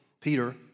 Peter